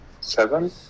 Seven